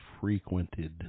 frequented